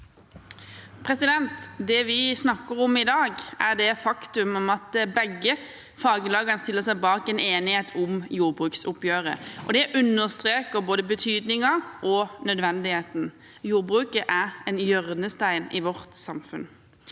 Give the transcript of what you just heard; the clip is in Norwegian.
Det vi snakker om i dag, er det faktum at begge faglagene stiller seg bak en enighet om jordbruksoppgjøret, og det understreker både betydningen og nødvendigheten. Jordbruket er en hjørnestein i vårt samfunn.